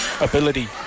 ability